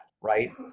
right